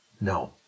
No